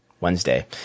Wednesday